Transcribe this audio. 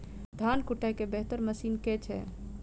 धान कुटय केँ बेहतर मशीन केँ छै?